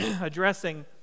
addressing